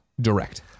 direct